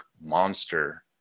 monster